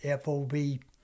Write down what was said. FOB